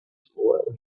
spoil